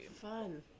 Fun